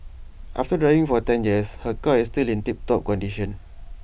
after driving for ten years her car is still in tip top condition